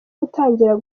gutangira